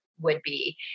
would-be